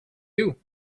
you